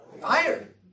fired